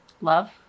Love